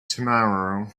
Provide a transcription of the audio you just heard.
tomorrow